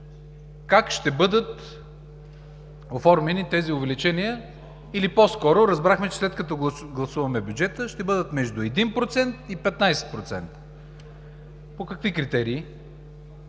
как ще бъдат оформени тези увеличения или по-скоро разбрахме, че след като гласуваме бюджета, ще бъдат между 1% и 15%. По какви критерии?